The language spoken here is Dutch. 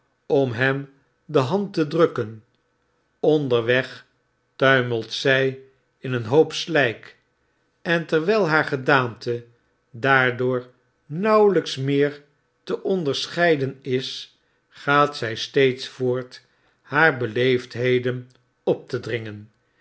om hem de hand te drukken onderweg tuimelt zq in een hoop sip en terwijl haar gedaante daardoor nauwelyks meer te onderscheiden is gaat zy steeds voort haar beleefdheden op te dringen